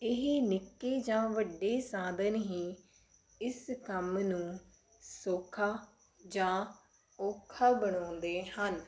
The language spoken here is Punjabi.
ਇਹ ਨਿੱਕੇ ਜਾਂ ਵੱਡੇ ਸਾਧਨ ਹੀ ਇਸ ਕੰਮ ਨੂੰ ਸੌਖਾ ਜਾਂ ਔਖਾ ਬਣਾਉਂਦੇ ਹਨ